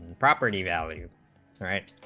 property value rate